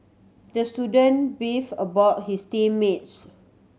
the student beefed about his team mates